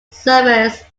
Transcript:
service